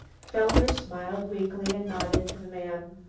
fellner smiled weakly and nodded to the man.